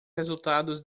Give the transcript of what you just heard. resultados